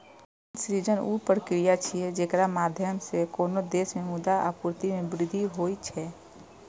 धन सृजन ऊ प्रक्रिया छियै, जेकरा माध्यम सं कोनो देश मे मुद्रा आपूर्ति मे वृद्धि होइ छै